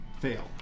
fail